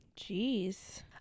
Jeez